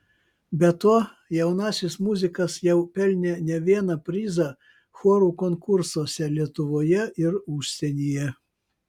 be to jaunasis muzikas jau pelnė ne vieną prizą chorų konkursuose lietuvoje ir užsienyje